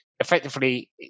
Effectively